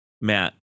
Matt